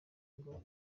ngo